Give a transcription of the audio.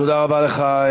תודה רבה לך,